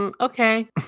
Okay